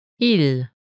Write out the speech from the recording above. Il